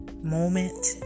moment